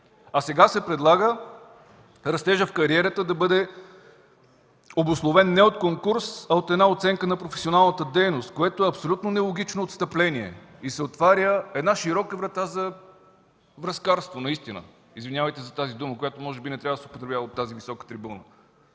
а сега се предлага растежът в кариерата да бъде обусловен не от конкурс, а от една оценка на професионалната дейност, което е абсолютно нелогично отстъпление и се отваря една широка врата за връзкарство, наистина. Извинявайте за тази дума, която може би не трябва да се употребява от тази висока трибуна.